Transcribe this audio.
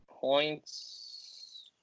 Points